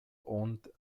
owned